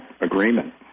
agreement